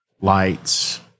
lights